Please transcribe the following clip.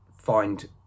find